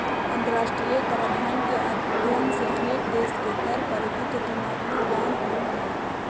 अंतरराष्ट्रीय कराधान के अध्ययन से अनेक देश के कर पद्धति के तुलनात्मक ज्ञान होवऽ हई